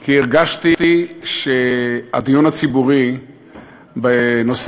כי הרגשתי שהדיון הציבורי בנושא